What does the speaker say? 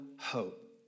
hope